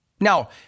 now